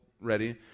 ready